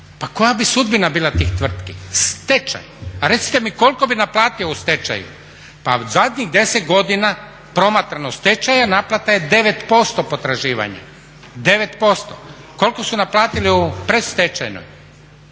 pa koja bi sudbina bila tih tvrtki? Stečaj. Pa zadnjih 10 godina promatrano stečaja naplata je 9% potraživanja, 9%. Koliko su naplatili u predstečajnoj?